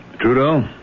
Trudeau